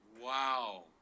Wow